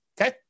Okay